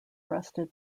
arrested